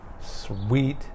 sweet